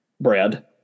bread